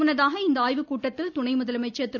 முன்னதாக இந்த ஆய்வுக்கூட்டத்தில் துணை முதலமைச்சர் திரு